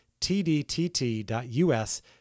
tdtt.us